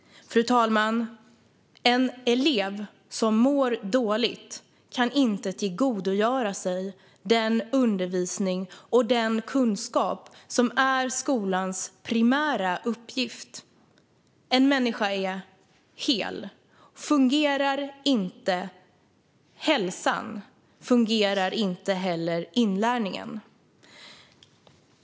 Fru talman! En elev som mår dåligt kan inte tillgodogöra sig den undervisning och den kunskap som är skolans primära uppgift. En människa är en helhet - fungerar inte hälsan fungerar inte heller inlärningen.